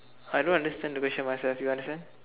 I don't understand the question myself you understand